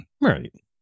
Right